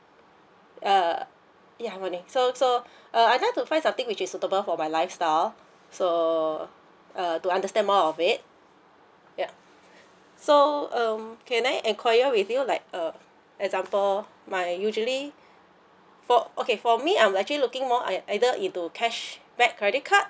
err yeah morning so so uh I would like to find something which is suitable for my lifestyle so uh to understand more of it yeah so um can I enquire with you like uh example my usually for okay for me I'm actually looking more ei~ either into cashback credit card